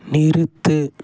நிறுத்து